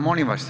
Molim vas.